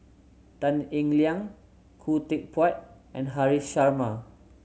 Tan Eng Liang Khoo Teck Puat and Haresh Sharma